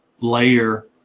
layer